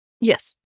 Yes